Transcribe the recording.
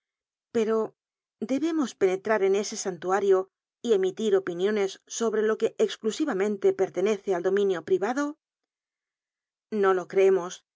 pero debemos penetrar en ese santuario y emitir opiniones sobre lo que exclusiramente pertenece al dominio privado no lo creemos